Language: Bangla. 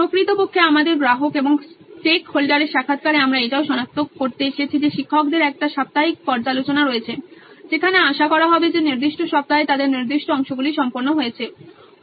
প্রকৃতপক্ষে আমাদের গ্রাহক এবং স্টেক হোল্ডারের সাক্ষাৎকারে আমরা এটাও শনাক্ত করতে এসেছি যে শিক্ষকদের একটা সাপ্তাহিক পর্যালোচনা রয়েছে যেখানে আশা করা হবে যে নির্দিষ্ট সপ্তাহে তাদের নির্দিষ্ট অংশগুলি সম্পন্ন হয়েছে